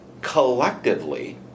collectively